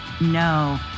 No